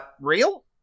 Real